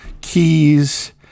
keys